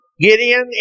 Gideon